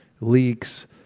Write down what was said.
leaks